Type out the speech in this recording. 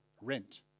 rent